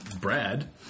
brad